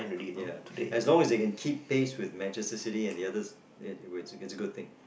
ya as long as they can keep things with Manchester-City and the others and which is it's a good thing